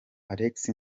alex